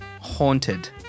Haunted